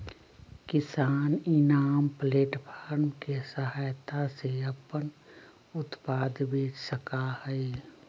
किसान eNAM platform के सहायता से अपन उत्पाद बेच सका हई